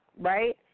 right